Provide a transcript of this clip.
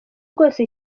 bwose